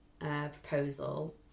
Proposal